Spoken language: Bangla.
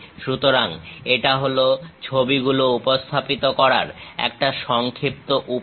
সুতরাং এটা হল ছবিগুলোকে উপস্থাপিত করার একটা সংক্ষিপ্ত উপায়